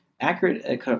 accurate